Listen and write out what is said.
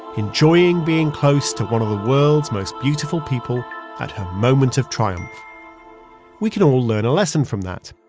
enjoying being close to one of the world's most beautiful people at her moment of triumph we can all learn a lesson from that.